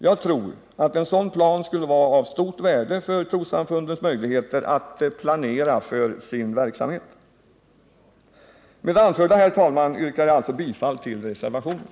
Jag tror att en sådan plan skulle vara av stort värde för trossamfundens möjligheter att planera för sin verksamhet. Med det anförda, herr talman, yrkar jag alltså bifall till reservationen.